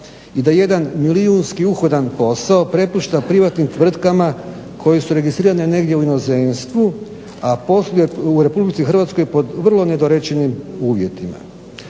i da jedan milijunski uhodan posao prepušta privatnim tvrtkama koje su registrirane negdje u inozemstvu a posluju u Republici Hrvatskoj pod vrlo nedorečenim uvjetima.